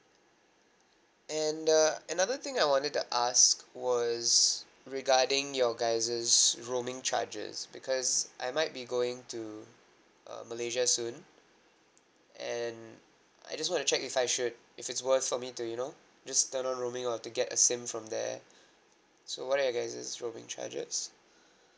and uh another thing I wanted to ask was regarding your guys' roaming charges because I might be going to uh malaysia soon and I just wanna check if I should if it's worth for me to you know just turn on roaming to get a SIM from there so what are your guys' roaming charges